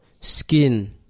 skin